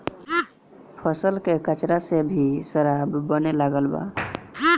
फसल के कचरा से भी शराब बने लागल बा